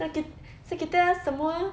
so kita so kita semua